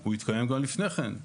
הוא התקיים גם לפני כן.